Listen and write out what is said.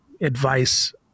advice